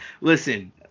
Listen